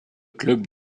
club